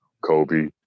Kobe